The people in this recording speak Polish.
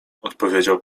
odpowiedział